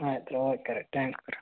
ಹಾಂ ಆಯ್ತು ರೀ ಓಕೆ ರೀ ಟ್ಯಾಂಕ್ಸ್ ರೀ